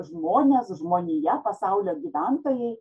žmonės žmonija pasaulio gyventojai